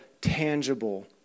tangible